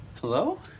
hello